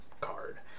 card